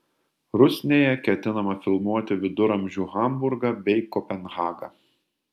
rusnėje ketinama filmuoti viduramžių hamburgą bei kopenhagą